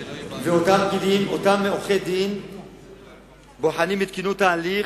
אותם עורכי-דין בוחנים את תקינות ההליך,